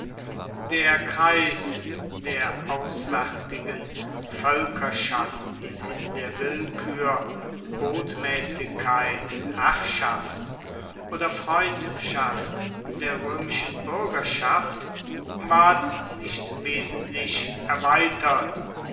der kreis der auswärtigen völkerschaften in der willkür botmäßigkeit herrschaft oder freundschaft der römischen bürgerschaft ward nicht wesentlich erweitert